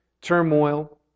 turmoil